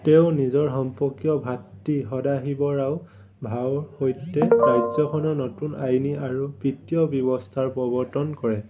তেওঁ নিজৰ সম্পৰ্কীয় ভাতৃ সদাশিৱৰাও ভাউৰ সৈতে ৰাজ্যখনত নতুন আইনী আৰু বিত্তীয় ব্যৱস্থাৰ প্ৰৱৰ্তন কৰে